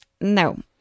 No